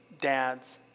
dads